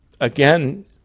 again